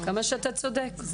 כמה שאתה צודק.